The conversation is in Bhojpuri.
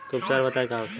कुछ उपचार बताई का होखे?